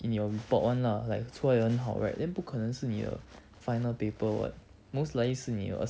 in your report one lah like 做得很好 right then 不可能是你的 final paper [what] most likely 是你的 assignment [what]